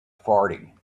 farting